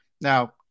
Now